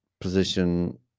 position